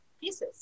pieces